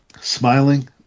smiling